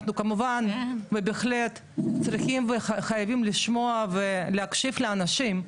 אנחנו כמובן ובהחלט צריכים וחייבים לשמוע ולהקשיב לאנשים,